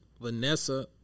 Vanessa